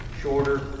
shorter